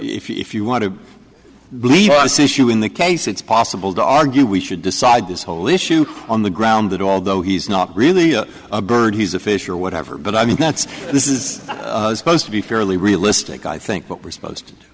if you're if you want to believe i see you in the case it's possible to argue we should decide this whole issue on the ground that although he's not really a bird he's a fish or whatever but i mean that's this is supposed to be fairly realistic i think what we're supposed